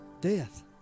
death